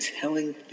telling